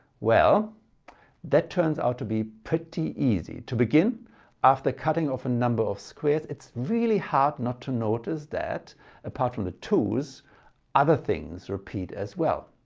well that turns out to be pretty easy. to begin after cutting off a number of squares it's really hard not to notice that apart from the twos other things repeat as well.